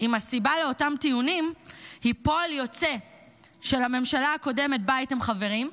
אם הסיבה לאותם טיעונים היא פועל יוצא של הממשלה הקודמת בה הייתם חברים,